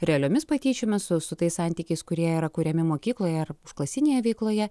realiomis patyčiomis su su tais santykiais kurie yra kuriami mokykloje ar užklasinėje veikloje